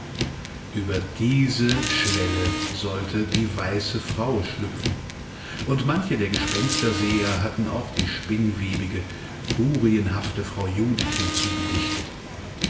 ueber diese schwelle sollte die weiße frau schlüpfen und manche der gespensterseher hatten auch die spinnwebige furienhafte frau judith